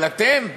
אבל אתם?